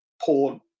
poor